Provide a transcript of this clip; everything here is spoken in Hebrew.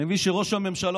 אני מבין שראש הממשלה,